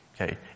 Okay